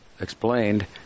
explained